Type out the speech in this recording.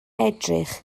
edrych